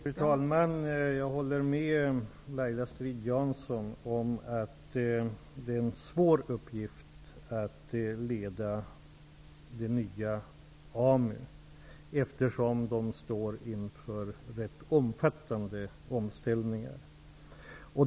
Fru talman! Jag håller med Laila Strid-Jansson om att det är en svår uppgift att leda det nya AMU, eftersom AMU står inför omfattande omställningar.